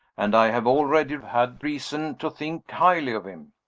and i have already had reason to think highly of him.